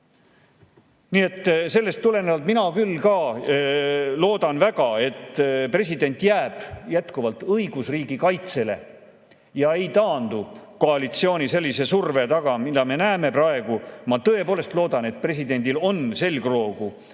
Nii et sellest tulenevalt mina küll ka loodan väga, et president jääb õigusriigi kaitsele ega taandu koalitsiooni sellise surve taga, mida me näeme praegu. Ma tõepoolest loodan, et presidendil on selgroogu